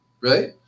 Right